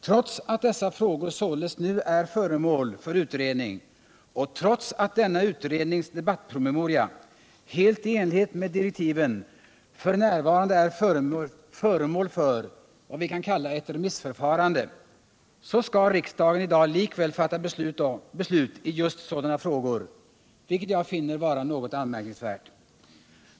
Trots att dessa frågor således nu är föremål för utredning och trots att denna utrednings debattpromemoria — helt i enlighet med direktiven —- f.n. är föremål för vad vi kan kalla ett remissförfarande, så skall riksdagen i dag likväl fatta beslut i just sådana frågor, vilket jag finner vara något anmärkningsvärt.